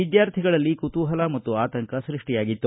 ವಿದ್ಯಾರ್ಥಿಗಳಲ್ಲಿ ಕುತೂಹಲ ಮತ್ತು ಆತಂಕ ಸೃಷ್ಷಿಯಾಗಿತ್ತು